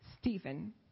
Stephen